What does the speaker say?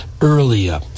earlier